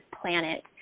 planet